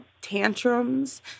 tantrums